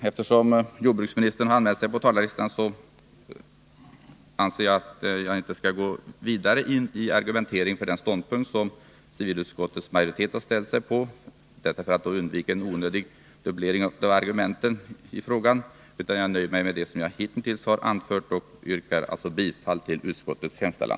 Eftersom jordbruksministern har anmält sig på talarlistan anser jag att jag inte skall gå vidare in i argumentering för den ståndpunkt = Sölvbackaström som civilutskottets majoritet har ställt sig på — detta för att undvika en onödig marna dubblering av argumenten i frågan — utan jag nöjer mig med det jag hittills har anfört och yrkar bifall till utskottets hemställan.